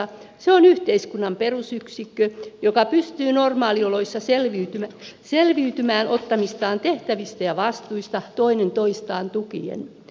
se on yhteiskunnan perusyksikkö joka pystyy normaalioloissa selviytymään ottamistaan tehtävistä ja vastuista toinen toistaan tukien